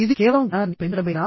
ఇది కేవలం జ్ఞానాన్ని పెంచడమేనా